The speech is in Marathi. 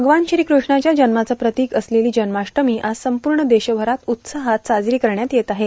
भगवान श्रीकृष्णाच्या जन्माचं प्रतिक असलेली जन्माष्टमी आज संपूर्ण देशभरात उत्साहात साजरी करण्यात येत आहे